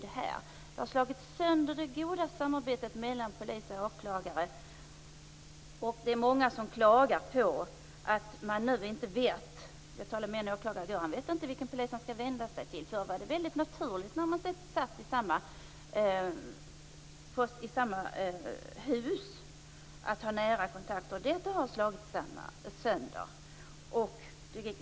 Det här har slagit sönder det goda arbetet mellan polis och åklagare, och det är många som klagar på att man nu inte längre vet hur det är. Jag talade med en åklagare i går. Han vet inte vilken polis han skall vända sig till. Förr var det väldigt naturligt när man satt i samma hus att ha nära kontakter. Detta samarbete har slagits sönder.